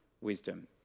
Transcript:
wisdom